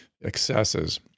excesses